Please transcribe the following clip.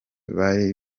bari